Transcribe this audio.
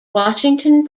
washington